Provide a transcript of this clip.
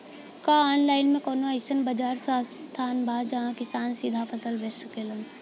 का आनलाइन मे कौनो अइसन बाजार स्थान बा जहाँ किसान सीधा फसल बेच सकेलन?